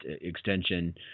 extension